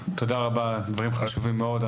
תודה רבה דברים חשובים מאוד,